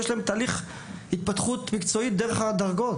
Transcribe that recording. יש להם תהליך התפתחות מקצועית דרך הדרגות.